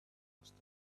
faster